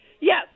Yes